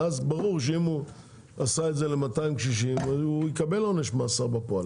ואז ברור שאם הוא עשה את זה ל-260 הוא יקבל עונש מאסר בפועל,